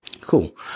cool